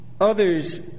Others